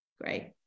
great